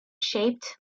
shaped